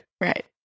Right